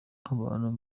nk’abantu